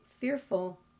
fearful